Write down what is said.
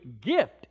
gift